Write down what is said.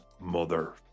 mother